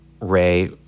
Ray